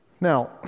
Now